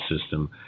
system